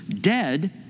dead